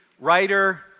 Writer